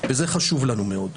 וזה חשוב לנו מאוד.